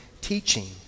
teaching